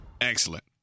Excellent